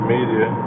Media